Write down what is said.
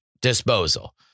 disposal